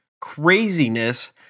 craziness